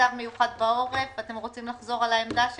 במצב מיוחד בעורף, אתם רוצים לחזור על העמדה שלכם?